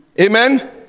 amen